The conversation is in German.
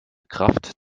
kraft